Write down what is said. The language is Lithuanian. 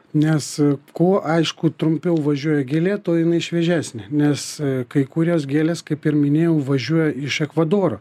nes kuo aišku trumpiau važiuoja gėlė tuo jinai šviežesnė nes kai kurias gėles kaip ir minėjau važiuoja iš ekvadoro